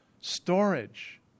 storage